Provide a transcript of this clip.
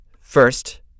First